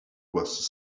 was